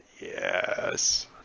Yes